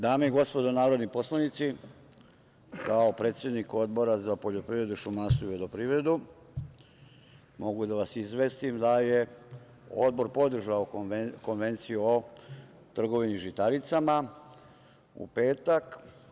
Dame i gospodo narodni poslanici, kao predsednik Odbora za poljoprivredu, šumarstvo i vodoprivredu mogu da vas izvestim da je Odbor podržao Konvenciju o trgovini žitaricama u petak.